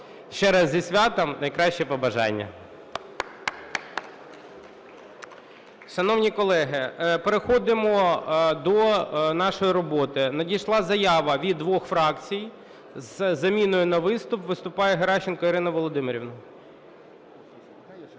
Ще раз зі святом, найкращі побажання! Шановні колеги, переходимо до нашої роботи. Надійшла заява від двох фракцій з заміною на виступ. Виступає Геращенко Ірина Володимирівна.